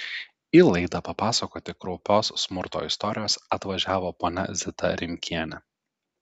į laidą papasakoti kraupios smurto istorijos atvažiavo ponia zita rimkienė